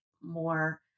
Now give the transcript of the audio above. more